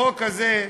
החוק הזה,